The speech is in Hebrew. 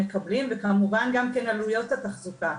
וכמובן גם כן עלויות התחזוקה.